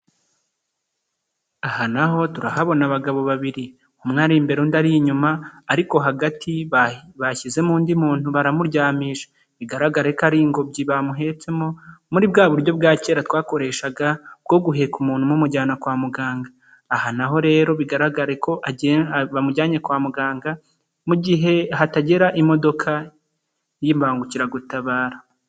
Aha naho turahabona abagabo babiri umwe ari imbere undi ari inyuma ariko hagati bashyizemo undi muntu baramuryamisha bigaragare ko ari ingobyi bamuhetsemo muri bwa buryo bwa kera twakoreshaga bwo guheka umuntu umumujyana kwa muganga aha naho rero bigaragare ko bamujyanye kwa muganga mu gihe hatagera imodoka y'imbangukiragutabara.